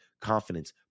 confidence